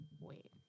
wait